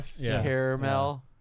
caramel